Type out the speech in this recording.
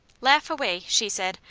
laugh away, she said.